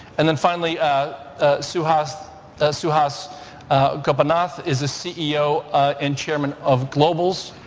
and then finally suhas ah suhas gopinath is the ceo and chairman of globals,